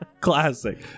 classic